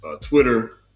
Twitter